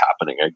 happening